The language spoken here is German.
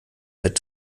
seit